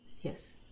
Yes